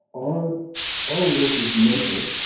our our work is mental,